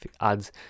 adds